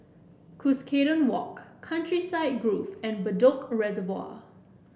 Cuscaden Walk Countryside Grove and Bedok Reservoir